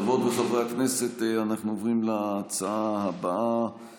חברות וחברי הכנסת, אנחנו עוברים להצעה לסדר-היום